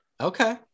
Okay